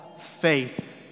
faith